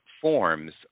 forms